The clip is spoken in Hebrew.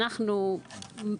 אנחנו מבקשים,